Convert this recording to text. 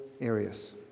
areas